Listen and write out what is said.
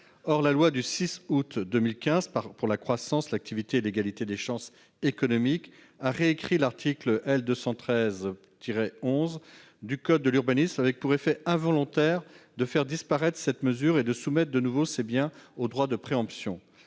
Or la loi du 6 août 2015 pour la croissance, l'activité et l'égalité des chances économiques a réécrit l'article L. 213-11 du code de l'urbanisme avec, pour effet involontaire, de faire disparaître cette mesure et de soumettre de nouveau ces biens au droit de préemption.